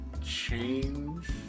change